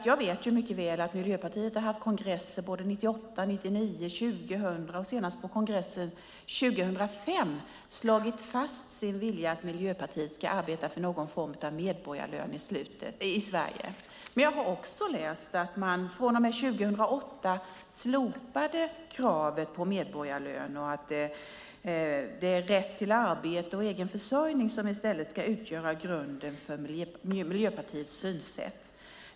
Jag vet mycket väl att Miljöpartiet på sina kongresser 1998, 1999, 2000 och senast på kongressen 2005 har slagit fast sin vilja att arbeta för någon form av medborgarlön i Sverige, men jag har också läst att man från och med 2008 slopade kravet på medborgarlön och att det i stället är rätt till arbete och egenförsörjning som ska utgöra grunden för Miljöpartiets synsätt.